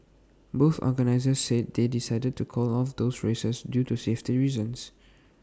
both organisers said they decided to call off those races due to safety reasons